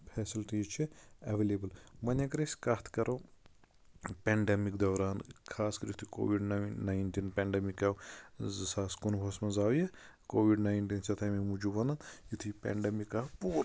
facilities چھِ available وَن اَگر أسۍ کَتھ کَرو پینڈیٚمِک دوران خاص کر یِتھٕے کووِڈ نَینٹیٖن پینڈیٚمِک آو زٕ ساس کُُنوُہَس منٛز آو یہِ کووِڈ نَینٹیٖن چھِ اَتھ اَمہِ موٗجوٗب وَنان یتُھٕے پینڈیٚمک آو پوٗرٕ